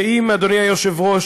ואם, אדוני היושב-ראש,